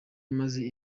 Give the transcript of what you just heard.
imaze